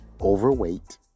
overweight